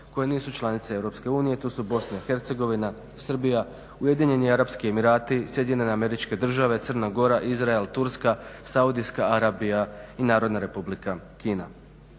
koje nisu članice EU, to su BIH, Srbija, Ujedinjeni Arapski emirati, SAD, Crna Gora, Izrael, Turska, Saudijska Arabija i Narodna Republika Kina.